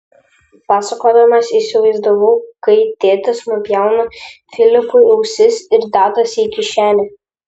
pasakodamas įsivaizdavau kaip tėtis nupjauna filipui ausis ir dedasi į kišenę